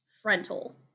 frontal